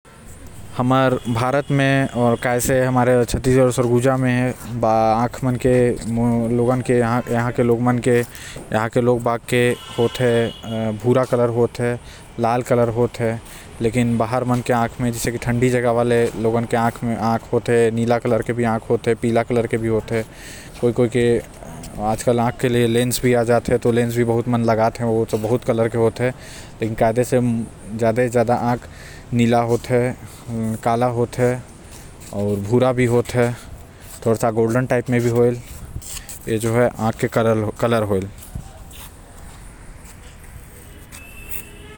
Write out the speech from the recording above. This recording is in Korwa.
भारत म आंख के रंग अलग अलग हायल लेकिन जो सबले प्रसिद्ध हैव ओह भूरा जो भारत के हर राज्य म दिखते। आऊ ठंडी जगह हाइकए ओह नीला कलर के होएल।